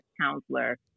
counselor